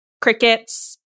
crickets